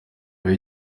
ava